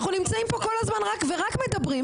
אנחנו נמצאים פה כל הזמן ורק מדברים.